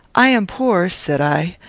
i am poor, said i.